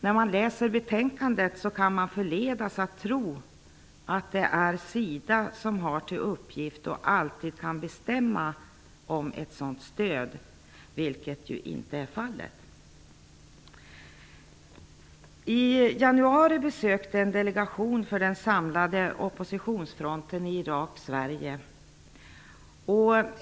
När man läser betänkandet kan man förledas att tro att det är SIDA som har till uppgift och alltid kan bestämma om ett sådant stöd, vilket inte är fallet. I januari besökte en delegation för den samlade oppositionsfronten i Irak Sverige.